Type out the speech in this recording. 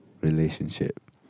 Relationship